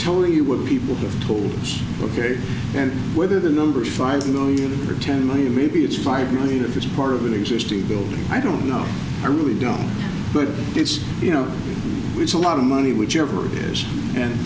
telling you what people have told and whether the number five million or two million maybe it's five million of it's part of an existing building i don't know or we don't but it's you know it's a lot of money whichever it is and